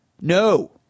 No